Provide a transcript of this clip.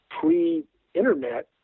pre-internet